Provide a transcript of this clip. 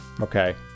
Okay